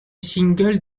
single